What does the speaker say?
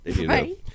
Right